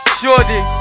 shorty